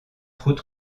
route